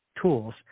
tools